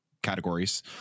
categories